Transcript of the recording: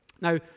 Now